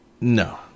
No